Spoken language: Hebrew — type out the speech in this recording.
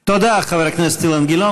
תודה, חבר הכנסת אילן גילאון.